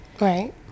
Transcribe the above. Right